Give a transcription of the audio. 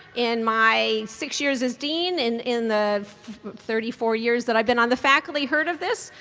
in my six years as dean, and in the thirty four years that i've been on the faculty, heard of this.